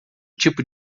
tipo